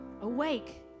awake